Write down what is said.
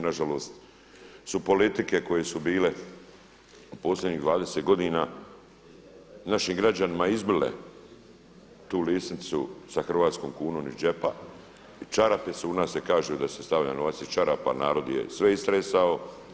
Nažalost su politike koje su bile u posljednjih 20 godina našim građanima izbile tu lisnicu sa hrvatskom kunom iz džepa i čarape su, u nas se kaže da se stavlja novac iz čarapa, narod je sve istresao.